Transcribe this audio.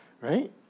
right